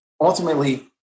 ultimately